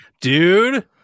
Dude